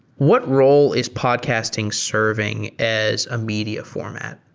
what role is podcasting serving as a media format?